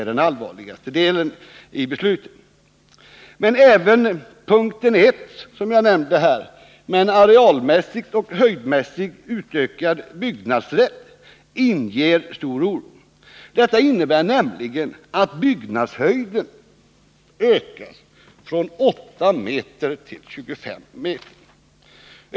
Men även en arealmässigt och höjdmässigt utökad byggnadsrätt inger stor oro. Det innebär nämligen att byggnadshöjden ökas från 8 m till 25 m.